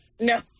No